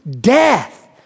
death